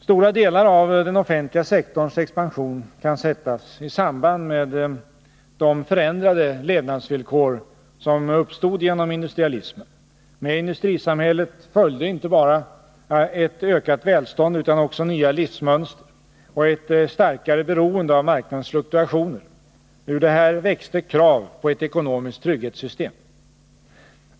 Stora delar av den offentliga sektorns expansion kan sättas i samband med de förändrade levnadsvillkor som uppstod genom industrialismen. Med industrisamhället följde inte bara ett ökat välstånd utan också nya livsmönster och ett starkare beroende av marknadens fluktuationer. Ur det här växte krav på ett ekonomiskt trygghetssystem.